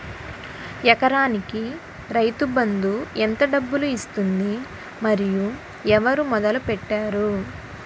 ఎకరానికి రైతు బందు ఎంత డబ్బులు ఇస్తుంది? మరియు ఎవరు మొదల పెట్టారు?